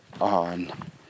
on